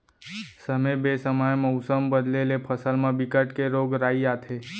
समे बेसमय मउसम बदले ले फसल म बिकट के रोग राई आथे